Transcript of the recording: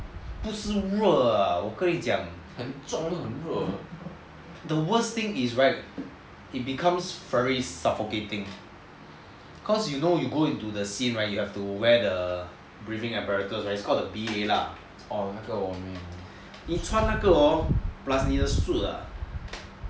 不是热啊我跟你讲 the worst thing is right it becomes very suffocating so before you go into the scene right you have to wear the breathing apparatus it's called the B_A lah 你穿那个 hor plus 你的 suit ah